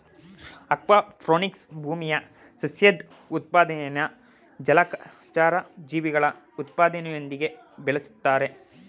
aquaponics ಭೂಮಿಯ ಸಸ್ಯದ್ ಉತ್ಪಾದನೆನಾ ಜಲಚರ ಜೀವಿಗಳ ಉತ್ಪಾದನೆಯೊಂದಿಗೆ ಬೆಳುಸ್ತಾರೆ